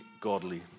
godly